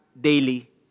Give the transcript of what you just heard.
daily